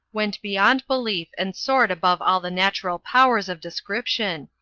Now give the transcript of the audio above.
went beyond belief and soared above all the natural powers of description!